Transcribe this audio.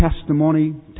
testimony